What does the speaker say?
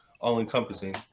all-encompassing